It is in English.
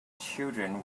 children